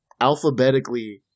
alphabetically